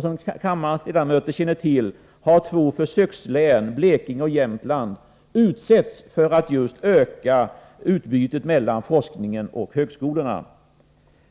Som kammarens ledamöter känner till har två försökslän, Blekinge län och Jämtlands län, utsetts för att öka utbytet mellan forskningen och högskolorna.